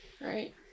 right